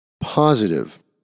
positive